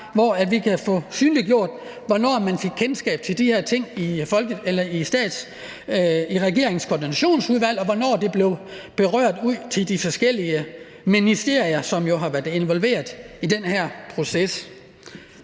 at vi kan få synliggjort, hvornår man fik kendskab til de her ting i regeringens koordinationsudvalg, og hvornår det blev sendt ud til de forskellige ministerier, som har været involveret i den her proces.